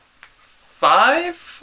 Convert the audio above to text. five